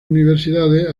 universidades